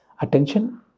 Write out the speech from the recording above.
attention